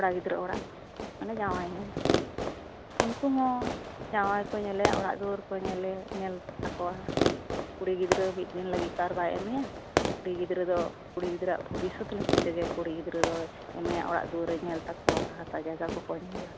ᱠᱚᱲᱟ ᱜᱤᱫᱽᱨᱟᱹ ᱚᱲᱟᱜ ᱢᱟᱱᱮ ᱡᱟᱶᱟᱭ ᱧᱮᱞ ᱩᱱᱠᱩ ᱦᱚᱸ ᱡᱟᱶᱟᱭ ᱠᱚ ᱧᱮᱞᱮᱭᱟ ᱚᱲᱟᱜ ᱫᱩᱣᱟᱹᱨ ᱠᱚ ᱧᱮᱞᱟ ᱛᱟᱠᱚᱭᱟ ᱠᱩᱲᱤ ᱜᱤᱫᱽᱨᱟᱹ ᱢᱤᱫ ᱫᱤᱱ ᱞᱟᱹᱜᱤᱫ ᱛᱚ ᱵᱟᱭ ᱮᱢᱮᱭᱟ ᱠᱩᱲᱤ ᱜᱤᱫᱽᱨᱟᱹ ᱫᱚ ᱠᱩᱲᱤ ᱜᱤᱫᱽᱨᱟᱹᱣᱟᱜ ᱵᱷᱚᱵᱤᱥᱚᱛ ᱞᱟᱹᱜᱤᱫ ᱛᱮᱜᱮ ᱠᱩᱲᱤ ᱜᱤᱫᱽᱨᱟᱹ ᱫᱚᱭ ᱮᱢᱮᱭᱟ ᱚᱲᱟᱜ ᱫᱩᱣᱟᱹᱨᱮ ᱧᱮᱞ ᱛᱟᱠᱚᱭᱟ ᱦᱟᱥᱟ ᱡᱟᱭᱜᱟᱭ ᱠᱚᱠᱚ ᱧᱮᱞᱟ